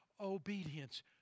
obedience